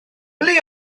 ble